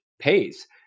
pays